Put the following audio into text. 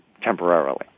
temporarily